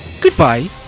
Goodbye